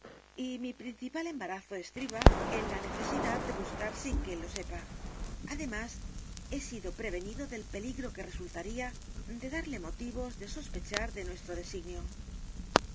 y mi principal embarazo estriba en la necesidad de buscar sin que él lo sepa además he sido prevenido del peligro que resultaría de darle motivos de sospechar de nuestro designio